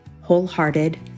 wholehearted